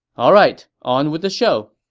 alright, on with the show